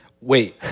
Wait